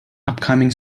upcoming